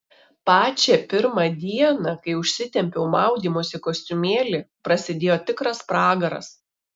pačią pirmą dieną kai užsitempiau maudymosi kostiumėlį prasidėjo tikras pragaras